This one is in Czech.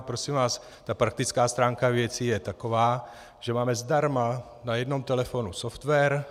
Prosím vás, ta praktická stránka věci je taková, že máme zdarma na jednom telefonu software.